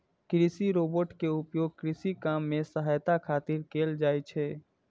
कृषि रोबोट के उपयोग कृषि काम मे सहायता खातिर कैल जाइ छै